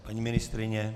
Paní ministryně?